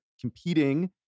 competing